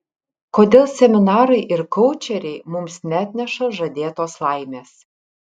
kodėl seminarai ir koučeriai mums neatneša žadėtos laimės